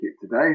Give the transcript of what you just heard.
today